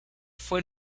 fue